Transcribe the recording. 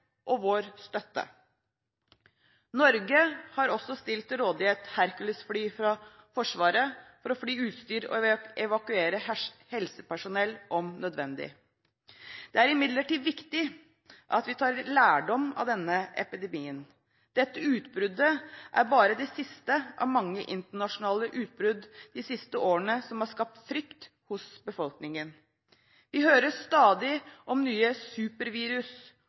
og vår støtte. Norge har også stilt til rådighet Hercules-fly fra Forsvaret for å fly utstyr og evakuere helsepersonell om nødvendig. Det er imidlertid viktig at vi tar lærdom av denne epidemien. Dette utbruddet er bare det siste av mange internasjonale utbrudd de siste årene, som har skapt frykt hos befolkningen. Vi hører stadig om nye supervirus